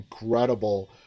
incredible